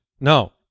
No